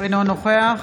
אינו נוכח